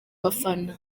bafana